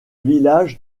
village